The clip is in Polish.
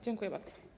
Dziękuję bardzo.